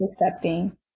accepting